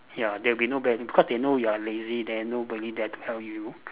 ya there will nobody because they know you are lazy then nobody there to help you